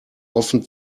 offen